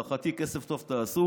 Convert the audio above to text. להערכתי תעשו כסף טוב,